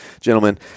gentlemen